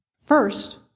First